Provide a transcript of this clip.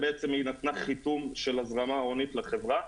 היא נתנה חיתום של הזרמה הונית לחברה.